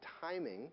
timing